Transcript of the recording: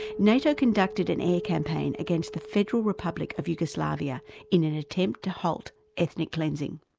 nato conducted an air campaign against the federal republic of yugoslavia in an attempt to halt ethnic cleansing.